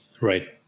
Right